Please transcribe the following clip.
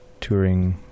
touring